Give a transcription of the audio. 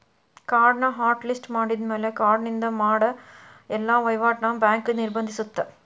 ಕಾರ್ಡ್ನ hot list ಮಾಡಿದ್ಮ್ಯಾಲೆ ಕಾರ್ಡಿನಿಂದ ಮಾಡ ಎಲ್ಲಾ ವಹಿವಾಟ್ನ ಬ್ಯಾಂಕ್ ನಿರ್ಬಂಧಿಸತ್ತ